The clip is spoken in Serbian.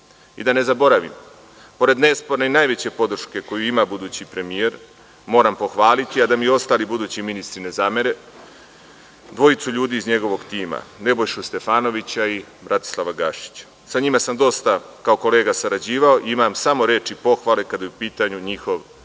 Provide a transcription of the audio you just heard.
ne zaboravim, pored nesporne i najveće podrške koju ima budući premijer, moram pohvaliti, a da mi ostali budući ministri ne zamere, dvojicu ljudi iz njegovog tima, Nebojšu Stefanovića i Bratislava Gašića. Sa njima sam dosta kao kolega sarađivao i imam samo reči pohvale kada je u pitanju njihov izbor